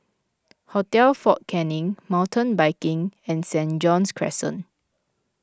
Hotel fort Canning Mountain Biking and St John's Crescent